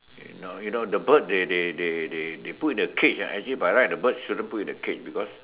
you know you know the bird they they they they they put in a cage ah actually by right the bird shouldn't put in a cage because